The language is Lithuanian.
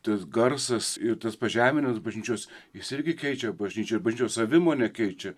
tas garsas ir tas pažeminimas bažnyčios jis irgi keičia bažnyčią ir bažnyčios savimonę keičia